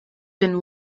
been